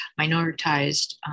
minoritized